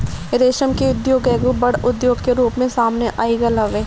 रेशम के उद्योग एगो बड़ उद्योग के रूप में सामने आगईल हवे